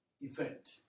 event